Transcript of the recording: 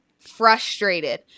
frustrated